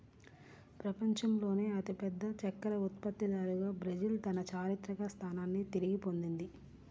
ప్రపంచంలోనే అతిపెద్ద చక్కెర ఉత్పత్తిదారుగా బ్రెజిల్ తన చారిత్రక స్థానాన్ని తిరిగి పొందింది